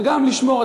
וגם לשמור,